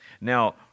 Now